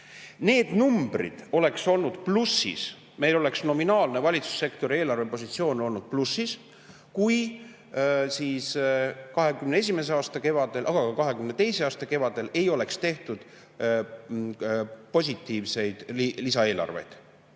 Need numbrid oleks olnud plussis, meil oleks valitsussektori nominaalne eelarvepositsioon olnud plussis, kui 2021. aasta kevadel, aga ka 2022. aasta kevadel ei oleks tehtud positiivseid lisaeelarveid.